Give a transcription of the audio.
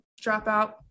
dropout